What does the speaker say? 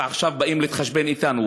ועכשיו באים להתחשבן אתנו.